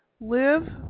live